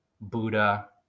Buddha